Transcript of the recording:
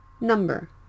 number